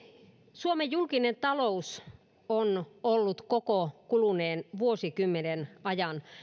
suomen julkinen talous on ollut koko kuluneen vuosikymmenen ajan